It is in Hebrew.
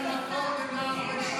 העבריין שנתן מכות לנער בן 13. הינה,